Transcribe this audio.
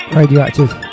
Radioactive